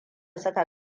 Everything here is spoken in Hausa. suka